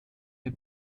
der